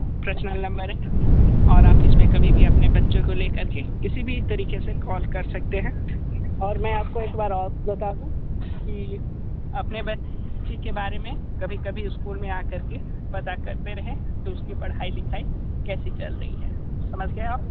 personal number है और आप इस पर कभी अपने बच्चों को ले कर के किसी भी तरीक़े से कॉल कर सकते हैं और मैं आप को एक बार और बता दूँ कि अपने बच्ची के बारे में कभी कभी स्कूल में आ कर के पता करते रहें कि उसकी पढ़ाई लिखाई कैसी चल रही है समझ गए आप